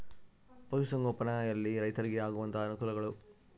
ಪಶುಸಂಗೋಪನೆಯಲ್ಲಿ ರೈತರಿಗೆ ಆಗುವಂತಹ ಅನುಕೂಲಗಳು?